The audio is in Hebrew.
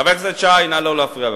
חבר הכנסת שי, נא לא להפריע.